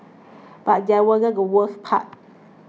but that wasn't the worst part